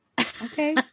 okay